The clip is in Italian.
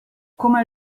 come